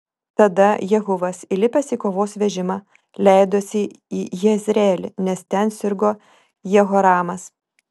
tada jehuvas įlipęs į kovos vežimą leidosi į jezreelį nes ten sirgo jehoramas